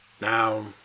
Now